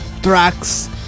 tracks